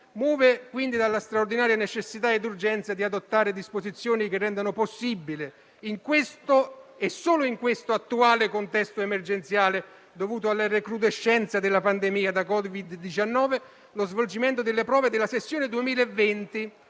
muove quindi dalla straordinaria necessità ed urgenza di adottare disposizioni che rendano possibile, in questo e solo in questo attuale contesto emergenziale, dovuto alle recrudescenze della pandemia da Covid-19, lo svolgimento delle prove della sessione 2020